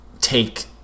Take